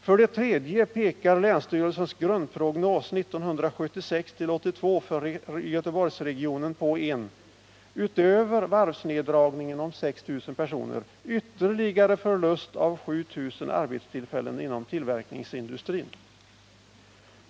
För det tredje pekar länsstyrelsens grundprognos 1976-82 för Göteborgsregionen på en — utöver varvsneddragningen om 6 000 personer — ytterligare förlust av 7 000 arbetstillfällen inom tillverkningsindustrin.